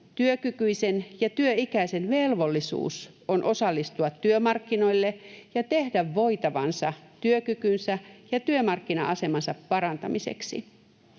työkykyisen ja työikäisen velvollisuus on osallistua työmarkkinoille ja tehdä voitavansa työkykynsä ja työmarkkina-asemansa parantamiseksi.